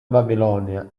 babilonia